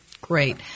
Great